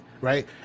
right